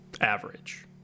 Average